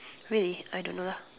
really I don't know